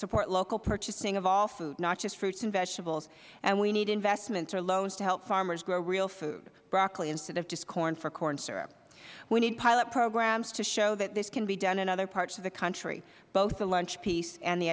support the local purchasing of all food not just fruits and vegetables and we need investments or loans to help farmers grow real food broccoli instead of just corn for corn syrup we need pilot programs to show that this can be done in other parts of the country both the lunch piece and the